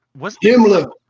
Himmler